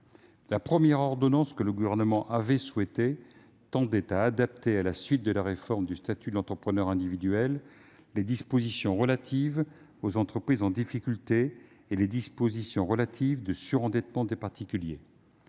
La première ordonnance souhaitée par le Gouvernement tendait à adapter, à la suite de la réforme du statut de l'entrepreneur individuel, les dispositions relatives aux entreprises en difficulté et les dispositions relatives au surendettement des particuliers.